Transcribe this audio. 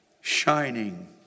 shining